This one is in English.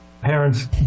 parents